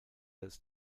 ist